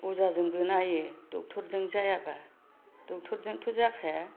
अजाजोंबो नायो डक्ट'रजों जायाबा डक्ट'रजोंथ' जाखाया